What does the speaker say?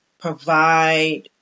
provide